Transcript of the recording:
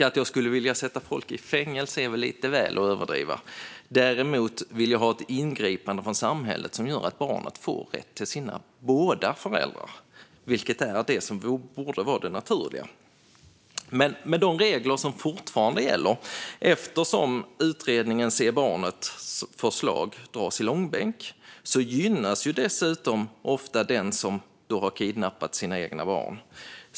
Att jag skulle vilja sätta folk i fängelse är väl att överdriva lite grann; däremot vill jag ha ett ingripande från samhället som gör att barnet får rätt till båda sina föräldrar, vilket borde vara det naturliga. De regler som fortfarande gäller, eftersom förslagen i betänkandet Se barnet! dras i långbänk, gynnar ofta den som har kidnappat sina egna barn.